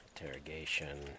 interrogation